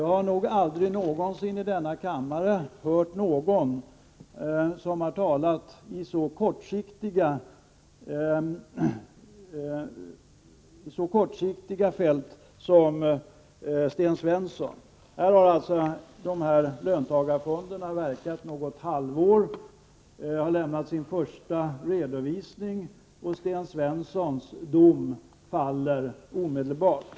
Jag har nog aldrig här i kammaren hört någon som har talat i ett så kortsiktigt perspektiv som Sten Svensson. Löntagarfonderna har alltså verkat i ungefär ett halvår och har lämnat sin första redovisning, men Sten Svenssons dom faller omedelbart.